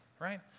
right